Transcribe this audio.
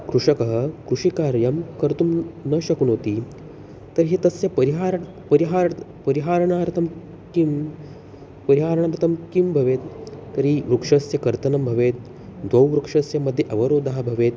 कृषकः कृषिकार्यं कर्तुं न शक्नोति तर्हि तस्य परिहारः परिहारः परिहारार्थं किं परिहारार्थं किं भवेत् तर्हि वृक्षस्य कर्तनं भवेत् द्वयोः वृक्षयोः मध्ये अवरोधः भवेत्